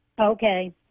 Okay